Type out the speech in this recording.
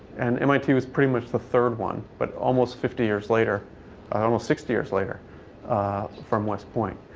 and mit was pretty much the third one, but almost fifty years later almost sixty years later from west point.